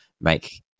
make